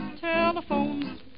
telephones